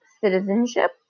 citizenship